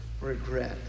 regret